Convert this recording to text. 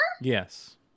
Yes